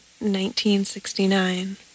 1969